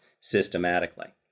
systematically